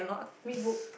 read book